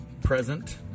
Present